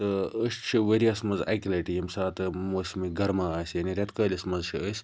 تہٕ أسۍ چھِ ؤریَس مَنٛز اَکہِ لَٹہِ ییٚمہِ ساتہِ موسمِ گَرما آسہِ رٮ۪تہٕ کٲلِس مَنٛز چھِ أسۍ